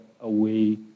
away